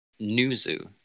Nuzu